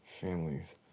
families